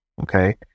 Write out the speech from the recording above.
okay